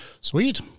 sweet